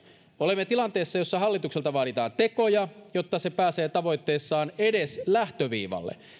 olemme tilanteessa jossa hallitukselta vaaditaan tekoja jotta se pääsee tavoitteessaan edes lähtöviivalle